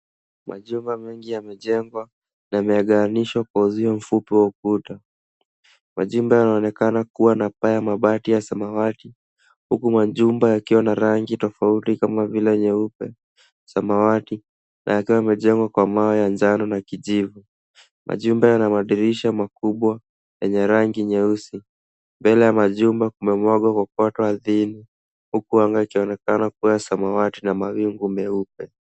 Majumba mengi yamejengwa na yamegaanishwa kwa uzio mfupi wa ukuta. Majumba yanaonekana kuwa na paa ya mabati ya samawati, huku majumba yakiwa na rangi tofauti kama vile nyeupe, samawati na yakiwa yamejengwa kwa mawe ya njano na kijivu. Majumba yana madirisha makubwa yenye rangi nyeusi. Mbele ya majumba kumemwagwa kokoto ardhini, huku anga ikionekana kuwa ya samawati na mawingu meupe.